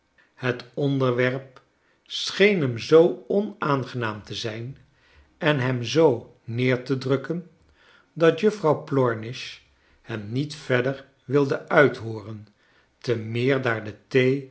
het onderwerp scheen hem zoo onaangenaam te zijn en hem zoo neer te drukken dat juffrouw plornish hem niet verder wilde uithooren te meer daar de